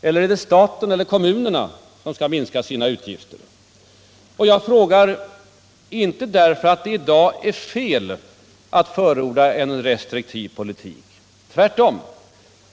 Eller är det staten eller kommunerna som skall minska sina utgifter? Jag frågar, men inte därför att det i dag är fel att förorda en restriktiv politik. Tvärtom.